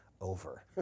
over